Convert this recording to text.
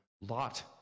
Lot